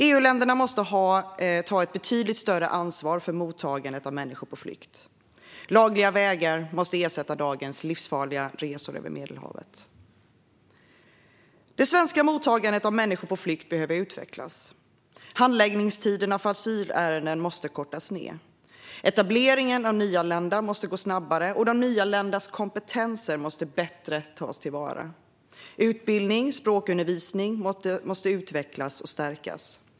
EU-länderna måste ta ett betydligt större ansvar för mottagandet av människor på flykt. Lagliga vägar måste ersätta dagens livsfarliga resor över Medelhavet. Det svenska mottagandet av människor på flykt behöver utvecklas. Handläggningstiderna för asylärenden måste kortas ned. Etableringen av nyanlända måste gå snabbare, och de nyanländas kompetenser måste bättre tas till vara. Utbildning och språkundervisning måste utvecklas och stärkas.